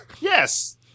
Yes